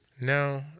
no